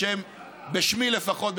בשמי לפחות,